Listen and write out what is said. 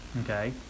Okay